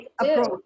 approach